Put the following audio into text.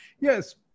Yes